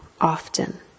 often